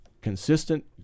consistent